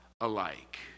alike